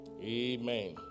Amen